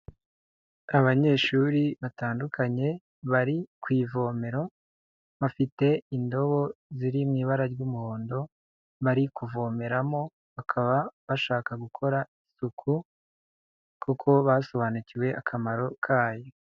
Abanyeshuri batandukanye bari ku ivomero, bafite indobo ziri mu ibara ry'umuhondo bari kuvomeramo, bakaba bashaka gukora isuku kuko basobanukiwe akamaro kayo.